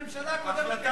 את זה הממשלה הקודמת החליטה.